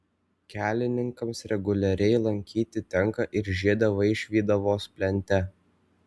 kelininkams reguliariai lankyti tenka ir žiedą vaišvydavos plente